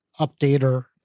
updater